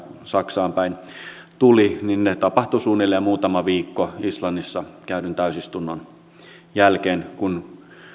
saksaan päin tulivat tapahtuivat suunnilleen muutama viikko islannissa käydyn täysistunnon jälkeen kun